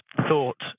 thought